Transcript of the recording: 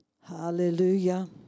Hallelujah